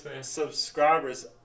subscribers